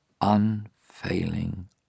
unfailing